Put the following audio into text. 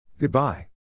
Goodbye